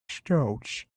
stones